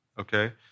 okay